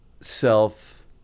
self